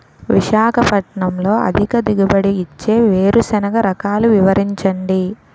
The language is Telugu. విశాఖపట్నంలో అధిక దిగుబడి ఇచ్చే వేరుసెనగ రకాలు వివరించండి?